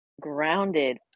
grounded